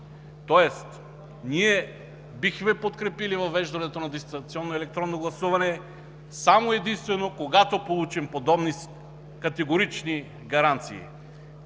Тоест ние бихме подкрепили въвеждането на дистанционно електронно гласуване само и единствено, когато получим подобни категорични гаранции.